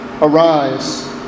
Arise